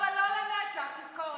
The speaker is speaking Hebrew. זה מאוד מאכזב, מאוד מאכזב ולא בסדר.